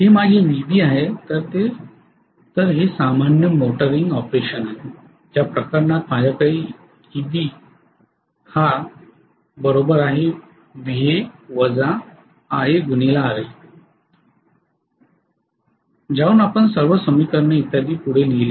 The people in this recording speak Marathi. हे माझे Eb आहे तर हे सामान्य मोटरिंग ऑपरेशन आहे ज्या प्रकरणात माझ्याकडे Eb Va−IaRa aहोणार आहे ज्यावरून आपण सर्व समीकरणे इत्यादी पुढे लिहिले आहेत